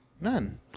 None